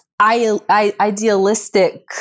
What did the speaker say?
idealistic